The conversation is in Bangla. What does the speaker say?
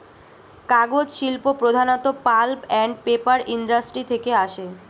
কাগজ শিল্প প্রধানত পাল্প অ্যান্ড পেপার ইন্ডাস্ট্রি থেকে আসে